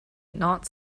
not